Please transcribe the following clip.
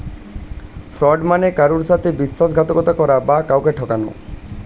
fraud মানে কারুর সাথে বিশ্বাসঘাতকতা করা বা কাউকে ঠকানো